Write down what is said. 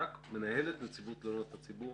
מנהלת נציבות תלונות הציבור